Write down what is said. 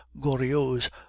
goriot's